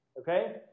Okay